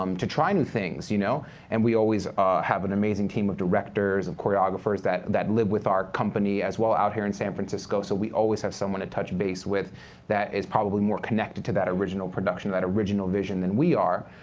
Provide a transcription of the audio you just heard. um to try new things. you know and we always have an amazing team of directors, of choreographers that that live with our company as well out here in san francisco. so we always have someone to touch base with that is probably more connected to that original production, or that original vision than we are,